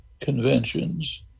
conventions